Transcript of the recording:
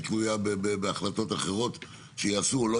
היא תלויה בהחלטות אחרות שייעשו או לא